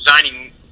designing